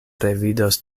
revidos